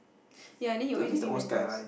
ya then he always give me Mentos